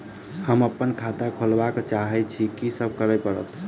हम अप्पन खाता खोलब चाहै छी की सब करऽ पड़त?